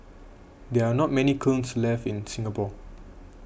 there are not many kilns left in Singapore